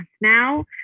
now